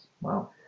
Wow